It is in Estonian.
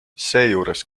seejuures